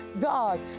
God